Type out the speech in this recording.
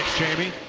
jamie.